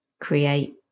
create